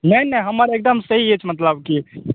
नहि नहि हमर एकदम सही अछि मतलबकी